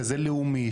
כזה לאומי,